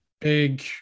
big